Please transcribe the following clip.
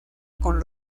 con